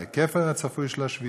על ההיקף הצפוי של השביתה,